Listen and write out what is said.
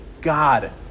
God